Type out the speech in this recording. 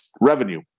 revenue